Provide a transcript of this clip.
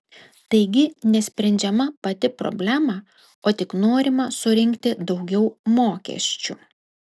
taigi nesprendžiama pati problema o tik norima surinkti daugiau mokesčių